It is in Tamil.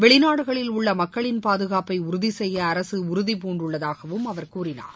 வெளிநாடுகளில் உள்ள மக்களின் பாதுகாப்பை உறுதி கெய்ய அரசு உறுதி பூண்டுள்ளதாகவும் அவர் கூறிணர்